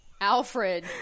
Alfred